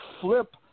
flip